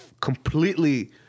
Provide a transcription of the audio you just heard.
completely